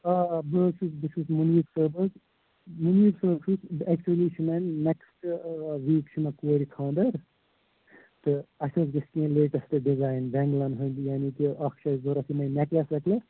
آ آ بہٕ حظ چھُس بہٕ چھُس مُنیٖب صٲب حظ مُنیٖب صٲب چھُس اٮ۪کچُلی چھِ مےٚ نٮ۪کٕسٹ ویٖک چھِ مےٚ کورِ خانٛدَر تہٕ اَسہِ حظ گَژھِ کیٚنہہ لیٹٮ۪سٹ ڈِزایَن بٮ۪نٛگلَن ہٕنٛدۍ یعنی کہِ اَکھ چھِ اَسہِ ضوٚرتھ یِمَے نٮ۪کلٮ۪س وٮ۪کلٮ۪س